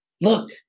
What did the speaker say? Look